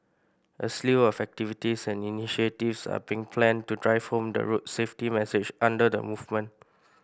a slew of activities and initiatives are being planned to drive home the road safety message under the movement